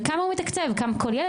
כמה כל ילד?